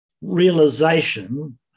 realization